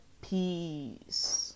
Peace